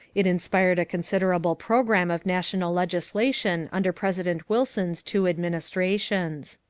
it inspired a considerable program of national legislation under president wilson's two administrations.